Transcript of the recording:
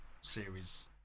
series